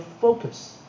focus